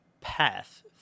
path